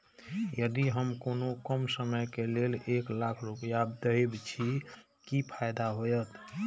यदि हम कोनो कम समय के लेल एक लाख रुपए देब छै कि फायदा होयत?